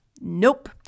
Nope